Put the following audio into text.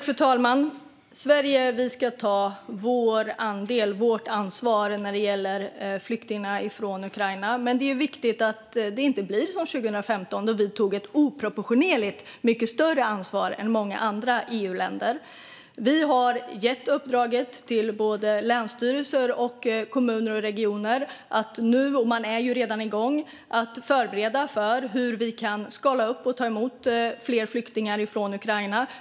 Fru talman! Vi i Sverige ska ta vårt ansvar när det gäller flyktingarna från Ukraina, men det är viktigt att det inte blir som 2015, då vi tog ett oproportionerligt mycket större ansvar än många andra EU-länder. Vi har gett uppdraget till både länsstyrelser och kommuner och regioner. Man är redan igång med att förbereda för hur vi kan skala upp och ta emot fler flyktingar från Ukraina.